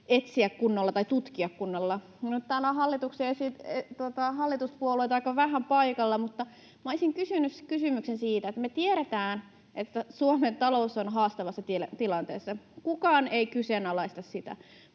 haluta kunnolla konkreettisesti tutkia. Täällä on hallituspuolueista aika vähän paikalla, mutta minä olisin kysynyt kysymyksen. Me tiedämme, että Suomen talous on haastavassa tilanteessa, kukaan ei kyseenalaista sitä,